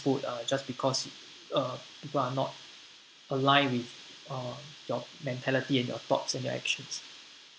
foot uh just because uh people are not aligned with uh your mentality and your thoughts and your actions